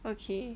okay